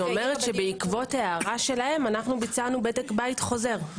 בעקבות ההערה שלהם ביצענו בדק בית חוזר.